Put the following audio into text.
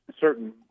certain